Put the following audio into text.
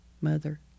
Mother